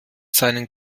seinen